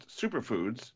superfoods